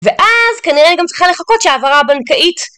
ואז כנראה אני גם צריכה לחכות שההעברה הבנקאית...